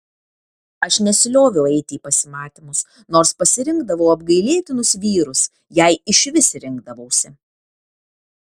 aš nesilioviau eiti į pasimatymus nors pasirinkdavau apgailėtinus vyrus jei išvis rinkdavausi